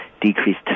Decreased